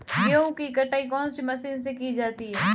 गेहूँ की कटाई कौनसी मशीन से की जाती है?